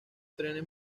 trenes